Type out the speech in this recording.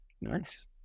Nice